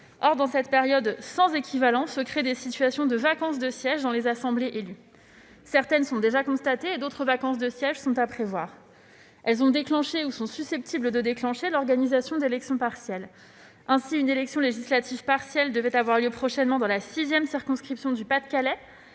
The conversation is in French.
Or, dans cette période sans équivalent, se créent des situations de vacances de siège dans les assemblées élues. Certaines sont déjà constatées ; d'autres sont à prévoir. Ces vacances de siège ont déclenché ou sont susceptibles de déclencher l'organisation d'élections partielles. Ainsi, une élection législative partielle devait avoir lieu prochainement dans la sixième circonscription du Pas-de-Calais.